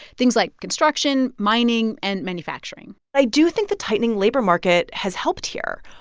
things like construction, mining and manufacturing i do think the tightening labor market has helped here.